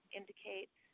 indicate